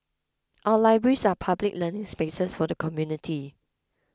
our libraries are public learning spaces for the community